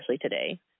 today